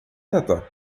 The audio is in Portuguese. tata